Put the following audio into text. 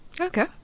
Okay